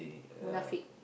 Munafik